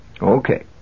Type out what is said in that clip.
Okay